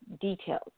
details